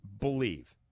believe